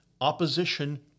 opposition